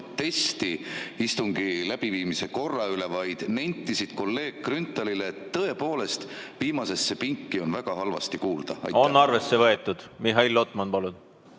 protesti istungi läbiviimise korra üle, vaid nentisid kolleeg Grünthalile, et tõepoolest on viimasesse pinki väga halvasti kuulda. Seda on arvesse võetud. Mihhail Lotman, palun!